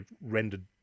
rendered